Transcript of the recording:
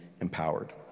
empowered